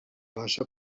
bassa